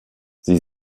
sie